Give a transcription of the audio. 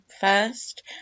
first